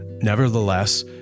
Nevertheless